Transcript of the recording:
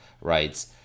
writes